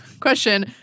question